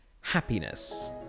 Happiness